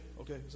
Okay